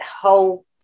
whole